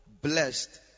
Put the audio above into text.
blessed